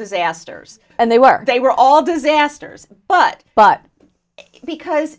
disasters and they were they were all disasters but but because